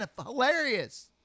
hilarious